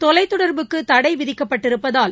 தொலைத்தொடர்புக்கு தடை விதிக்கப்பட்டிருப்பதால்